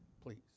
please